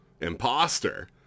imposter